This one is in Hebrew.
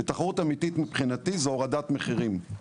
ותחרות אמיתי מבחינתי זה הורדת מחירים.